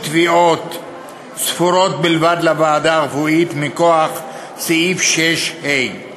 תביעות ספורות בלבד לוועדה הרפואית מכוח סעיף 6(ה).